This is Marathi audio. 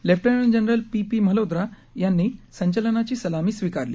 lieutenant general P P Malhotra यांनी संचलनाची सलामी स्वीकारली